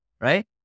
right